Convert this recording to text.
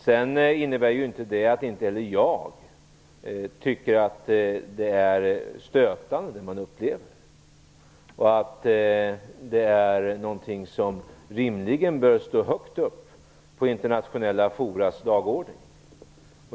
Det innebär inte att jag inte tycker att det vi upplever är stötande och att det rimligen bör stå högt upp på internationella foras dagordning.